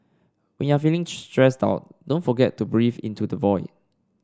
when you are feeling stressed out don't forget to breathe into the void